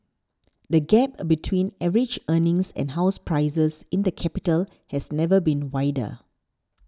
the gap a between average earnings and house prices in the capital has never been wider